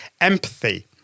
Empathy